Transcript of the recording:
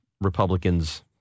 Republicans